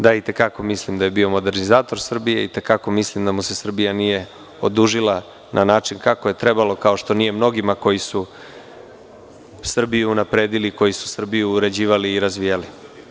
Da, i te kako mislim da je bio modernizator Srbije, i te kako mislim da mu se Srbija nije odužila na način kako je trebalo, kao što nije mnogima koji su Srbiju unapredili, koji su Srbiju uređivali i razvijali.